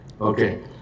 Okay